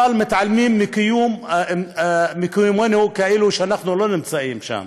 אבל מתעלמים מקיומנו, כאילו אנחנו לא נמצאים שם.